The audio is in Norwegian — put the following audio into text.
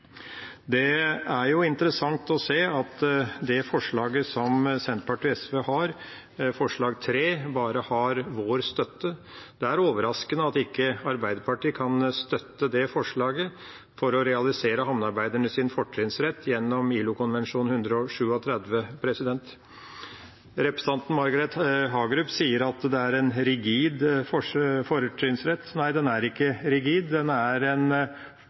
Det er interessant å se at forslag nr. 3, fra Senterpartiet og SV, bare har vår støtte. Det er overraskende at Arbeiderpartiet ikke kan støtte det forslaget for å realisere havnearbeidernes fortrinnsrett gjennom ILO-konvensjon 137. Representanten Margret Hagerup sier at det er en rigid fortrinnsrett. Nei, den er ikke rigid. Det er